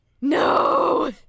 No